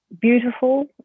beautiful